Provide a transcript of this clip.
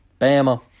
Bama